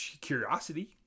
curiosity